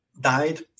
died